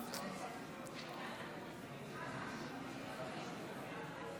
אלה תוצאות ההצבעה: